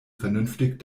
vernünftig